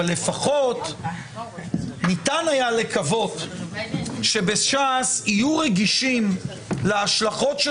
אבל לפחות ניתן היה לקוות שבש"ס יהיו רגישים להשלכות של